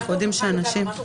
רמת ההוכחה היא אותה רמת ההוכחה.